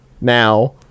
Now